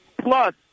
Plus